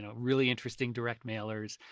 ah really interesting direct mailers.